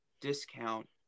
discount